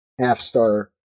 half-star